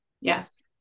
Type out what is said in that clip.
Yes